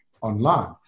online